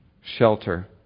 Shelter